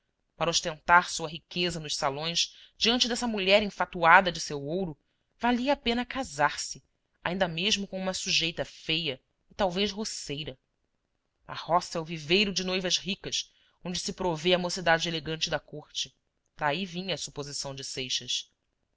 para ostentar sua riqueza nos salões diante dessa mulher enfatuada de seu ouro valia a pena casar-se ainda mesmo com uma sujeita feia e talvez roceira a roça é o viveiro de noivas ricas onde se provê a mocidade elegante da corte daí vinha a suposição de seixas